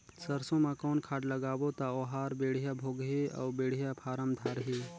सरसो मा कौन खाद लगाबो ता ओहार बेडिया भोगही अउ बेडिया फारम धारही?